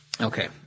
Okay